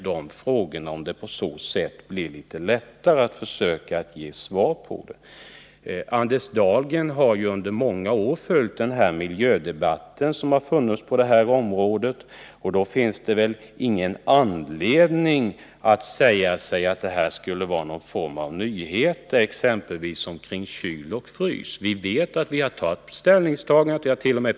Kanske blir det på så sätt lättare att ge svar på dem. Anders Dahlgren har under många år följt miljödebatten på detta område. Det finns väl därför ingen anledning att säga att exempelvis problemet när det gäller kyloch frysanläggningar skulle vara någon nyhet för honom. Vi har tagit ställning, och jag hart.o.m.